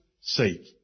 sake